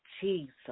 Jesus